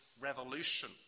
revolution